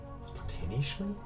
Spontaneously